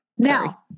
Now